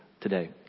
today